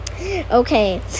okay